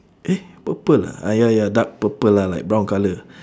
eh purple ah ah ya ya dark purple lah like brown colour